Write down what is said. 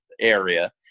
area